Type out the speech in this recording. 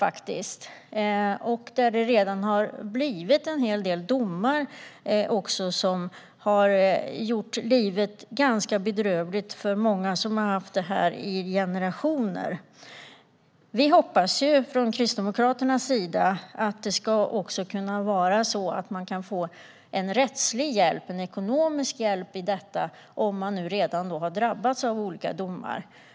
Det har också redan kommit en hel del domar som har gjort livet ganska bedrövligt för många som har sysslat med detta i generationer. Vi hoppas från Kristdemokraternas sida att man ska kunna få rättslig och ekonomisk hjälp med detta, om man redan har drabbats av olika domar.